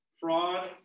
fraud